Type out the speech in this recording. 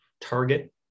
target